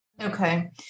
Okay